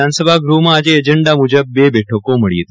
વિદ્યાનસભા ગહમાં આજે એજન્ડા મુજબ બે બઠકો મળી હતી